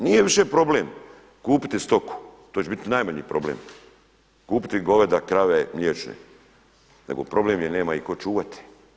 Nije više problem kupiti stoku, to će biti najmanji problem kupiti goveda, krave, mliječne nego problem je nema ih tko čuvati.